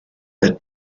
the